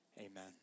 Amen